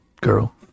girl